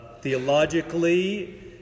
theologically